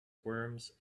worms